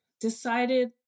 decided